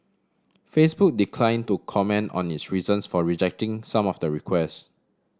Facebook decline to comment on its reasons for rejecting some of the request